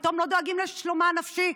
פתאום לא דואגים לשלומה הנפשי.